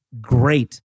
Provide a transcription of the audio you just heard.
great